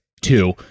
two